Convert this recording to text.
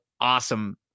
awesome